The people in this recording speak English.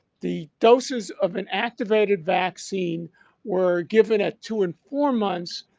the doses of an activated vaccine were given at two and four months,